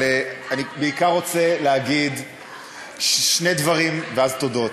אבל אני בעיקר רוצה לומר שני דברים, ואז תודות.